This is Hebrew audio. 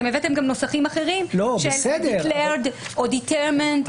אתם הבאתם גם נוסחים אחרים של דיקליירד או דיטרמנט.